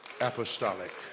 apostolic